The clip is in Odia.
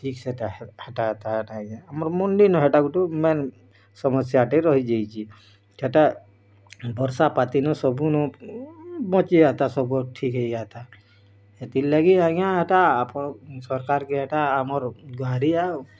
ଠିକ୍ ସେଟା ଆମର୍ ମୁଣ୍ଡିନୁ ହେଟା ଗୁଟେ ମେନ୍ ସମସ୍ୟାଟେ ରହିଯେଇଛି ହେଟା ବର୍ଷା ପାତିନୁ ସବୁନୁ ବଞ୍ଚିଯାଏତା ସବ୍କର୍ ଠିକ୍ ହେଇଯାଏତା ସେଥିର୍ଲାଗି ଆଜ୍ଞା ଇଟା ସରକାର୍କେ ହେଟା ଆମର୍ ଗୁହାରି ଏ ଆଉ